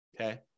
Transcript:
Okay